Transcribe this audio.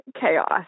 chaos